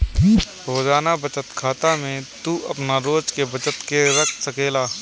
रोजाना बचत खाता में तू आपन रोज के बचत के रख सकेला